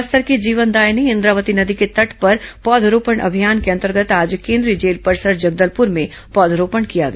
बस्तर की जीवनदायिनी इंद्रावती नदी के तट पर पौधेरोपण अभियान के अंतर्गत आज केंद्रीय जेल परिसर जगदलपुर में पौधरोपण किया गया